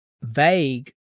vague